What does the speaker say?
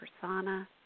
persona